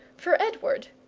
for edward,